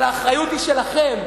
אבל האחריות היא שלכם,